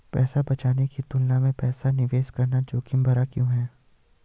पैसा बचाने की तुलना में पैसा निवेश करना जोखिम भरा क्यों है?